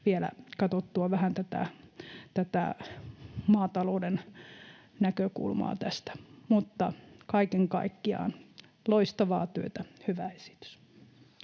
vielä katsottua vähän maatalouden näkökulmaa tässä. Kaiken kaikkiaan loistavaa työtä. Hyvä esitys.